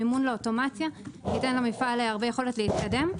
מימון לאוטומציה תיתן למפעל יכולת להתקדם.